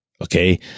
Okay